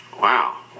Wow